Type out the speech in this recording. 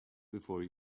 before